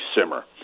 simmer